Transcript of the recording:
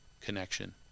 connection